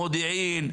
מודיעין,